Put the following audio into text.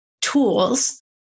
tools